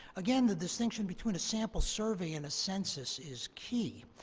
again the distinction between a sample survey and a census is key.